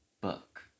book